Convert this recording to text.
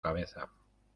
cabeza